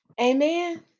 amen